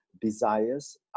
desires